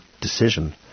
decision